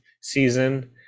season